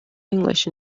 english